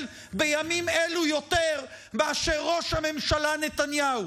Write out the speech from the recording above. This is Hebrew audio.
בימים אלו יותר מאשר ראש הממשלה נתניהו.